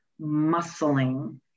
muscling